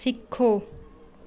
ਸਿੱਖੋ